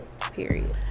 period